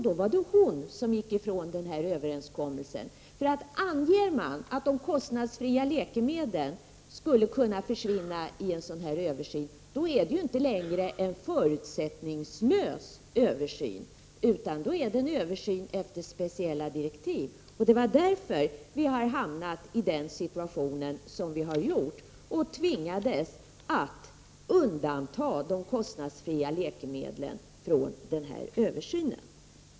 Då var det hon som gick ifrån överenskommelsen, för anser man att de kostnadsfria läkemedlen skulle kunna försvinna i en sådan här översyn, är det inte längre en förutsättningslös översyn, utan då är det en översyn efter speciella direktiv. Det var därför vi hamnade i den situation som vi gjort och tvingades att undanta de kostnadsfria läkemedlen från översynen.